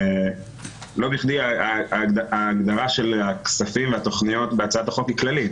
לא בכדי ההגדרה של הכספים לתכניות בהצעת החוק היא כללית.